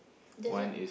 desert